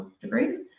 Degrees